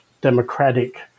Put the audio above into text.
democratic